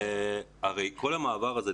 הרי כל המעבר הזה,